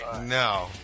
No